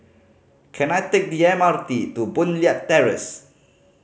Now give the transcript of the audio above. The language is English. can I take the M R T to Boon Leat Terrace